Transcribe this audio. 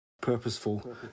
Purposeful